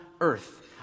earth